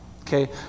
Okay